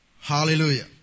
Hallelujah